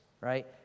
right